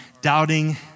doubting